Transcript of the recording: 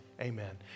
amen